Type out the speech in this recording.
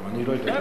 טוב, אני לא אדבר.